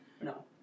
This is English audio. No